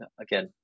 again